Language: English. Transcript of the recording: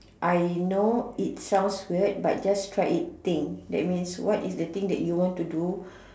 I know it sounds weird but just try it thing that means what is the thing that you want to do